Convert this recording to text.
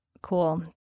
cool